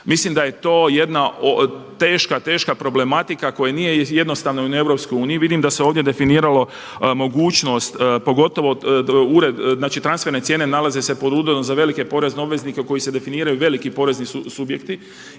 Mislim da je to jedna teška, teška problematika koja nije jednostavna i u Europskoj uniji. Vidim da se ovdje definiralo mogućnost, pogotovo znači transferne cijene nalaze se …/Govornik se ne razumije./… za velike porezne obveznike koji se definiraju veliki porezni subjekti.